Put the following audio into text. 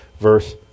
verse